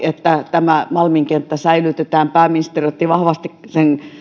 tämä malmin kenttä säilytetään pääministeri otti vahvasti sen